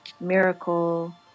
miracle